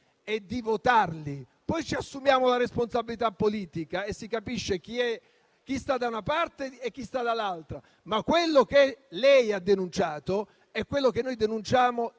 modo tale da assumerci la responsabilità politica e di capire chi sta da una parte e chi sta dall'altra, ma quello che lei ha denunciato è quello che noi denunciamo